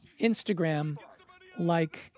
Instagram-like